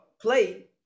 play